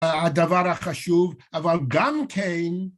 הדבר החשוב, אבל גם כן